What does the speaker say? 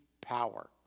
power